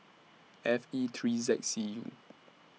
F E three Z K C U